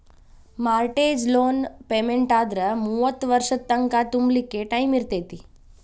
mortgage loan ಪೆಮೆನ್ಟಾದ್ರ ಮೂವತ್ತ್ ವರ್ಷದ್ ತಂಕಾ ತುಂಬ್ಲಿಕ್ಕೆ ಟೈಮಿರ್ತೇತಿ